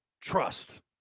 trust